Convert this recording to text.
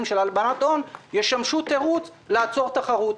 של הלבנת הון ישמשו תירוץ לעצור תחרות.